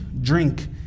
drink